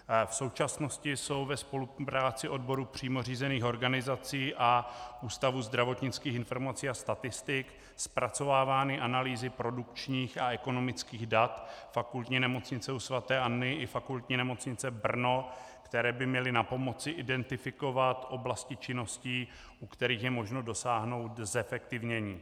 V současnosti jsou ve spolupráci odborů přímo řízených organizací a Ústavu zdravotnických informací a statistik zpracovávány analýzy produkčních a ekonomických dat Fakultní nemocnice u sv. Anny i Fakultní nemocnice Brno, které by měly napomoci identifikovat oblasti činností, u kterých je možno dosáhnout zefektivnění.